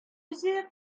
үзе